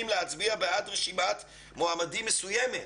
להצביע בעד רשימת מועמדים מסוימת,